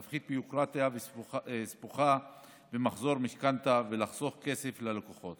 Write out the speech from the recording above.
להפחית ביורוקרטיה סבוכה במחזור משכנתה ולחסוך כסף ללקוחות.